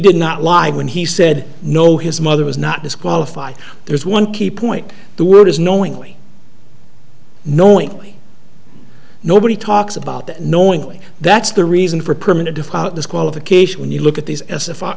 did not lie when he said no his mother was not disqualified there is one key point the word is knowingly knowingly nobody talks about that knowingly that's the reason for a permanent if out disqualification when you look at these as if i